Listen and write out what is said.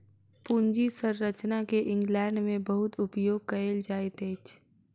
पूंजी संरचना के इंग्लैंड में बहुत उपयोग कएल जाइत अछि